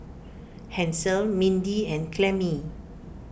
Hansel Mindy and Clemmie